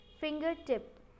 Fingertip